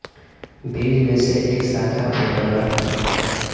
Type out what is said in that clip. बीज में से एक साखा फूटला